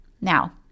Now